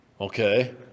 Okay